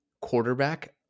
quarterback